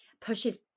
pushes